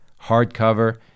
hardcover